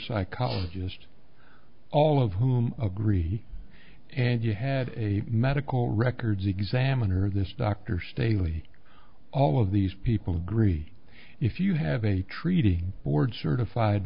psychologist all of whom agreed and you had a medical records examiner this dr staley all of these people agree if you have a treating board certified